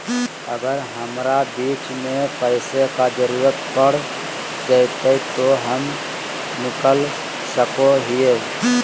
अगर हमरा बीच में पैसे का जरूरत पड़ जयते तो हम निकल सको हीये